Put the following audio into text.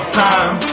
time